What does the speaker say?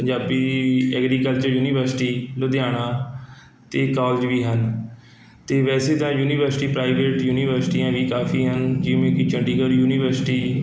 Punjabi agriculture university Ludhiana ਅਤੇ college ਵੀ ਹਨ ਅਤੇ ਵੈਸੇ ਤਾਂ ਯੂਨੀਵਰਸਿਟੀ ਪ੍ਰਾਈਵੇਟ ਯੂਨੀਵਰਸਿਟੀਆਂ ਵੀ ਕਾਫੀ ਹਨ ਜਿਵੇਂ ਕਿ ਚੰਡੀਗੜ੍ਹ ਯੂਨੀਵਰਸਿਟੀ